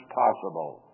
possible